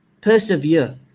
Persevere